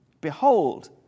behold